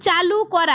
চালু করা